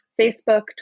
facebook